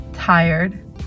tired